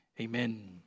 Amen